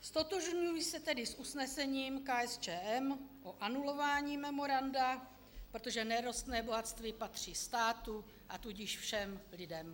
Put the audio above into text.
Ztotožňuji se tedy s usnesením KSČM o anulování memoranda, protože nerostné bohatství patří státu, a tudíž všem lidem.